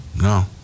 no